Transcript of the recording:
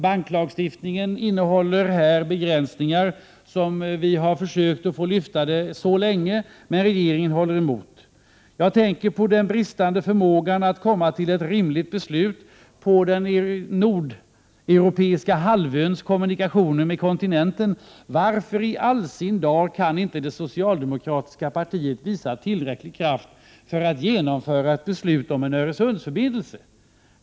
Banklagstiftningen innehåller begränsningar som vi länge har försökt få bort — men regeringen håller emot. Jag tänker också på den bristande förmågan att fatta ett rimligt beslut i frågan om den nordeuropeiska halvöns kommunikationer med kontinenten. Varför i all sin dar kan inte det socialdemokratiska partiet visa tillräcklig kraft för att genomföra ett beslut om en Öresundsförbindelse?